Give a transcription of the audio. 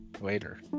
later